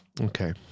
Okay